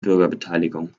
bürgerbeteiligung